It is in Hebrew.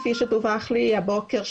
כפי שדווח לי הבוקר,